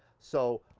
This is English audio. so,